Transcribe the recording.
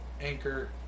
Anchor